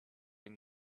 been